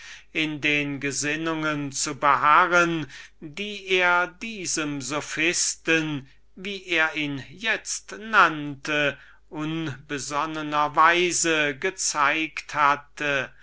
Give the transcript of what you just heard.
in den gesinnungen zu beharren die er sich von diesem sophisten wie er ihn itzt nannte hatte